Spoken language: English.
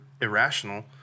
irrational